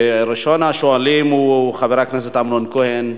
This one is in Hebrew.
ראשון השואלים הוא חבר הכנסת אמנון כהן,